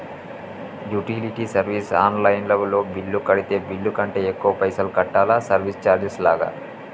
Utility service online లో bill కడితే bill కంటే ఎక్కువ పైసల్ కట్టాలా సర్వీస్ చార్జెస్ లాగా?